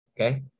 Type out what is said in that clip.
okay